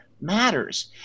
matters